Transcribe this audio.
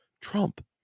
Trump